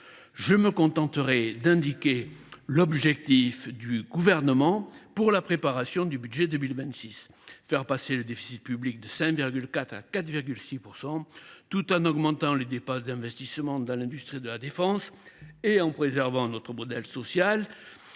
Je me contenterai d’indiquer l’objectif du Gouvernement pour la préparation du budget pour 2026 : réduire le déficit public de 5,4 % à 4,6 % du PIB, tout en augmentant les dépenses d’investissement dans l’industrie de défense et en préservant notre modèle social.